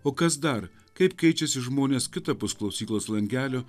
o kas dar kaip keičiasi žmonės kitapus klausyklos langelio